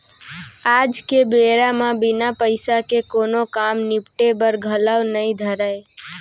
आज के बेरा म बिना पइसा के कोनों काम निपटे बर घलौ नइ धरय